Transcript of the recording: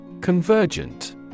Convergent